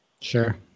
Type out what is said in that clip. Sure